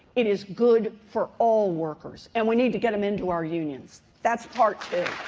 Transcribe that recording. it is good for all workers, and we need to get them into our unions. that's part two.